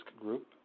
group